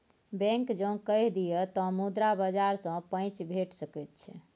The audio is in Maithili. बैंक जँ कहि दिअ तँ मुद्रा बाजार सँ पैंच भेटि सकैत छै